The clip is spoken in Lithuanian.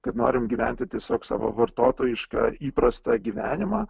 kad norim gyventi tiesiog savo vartotojišką įprastą gyvenimą